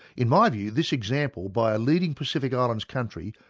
in my view this example by a leading pacific islands country,